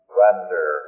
render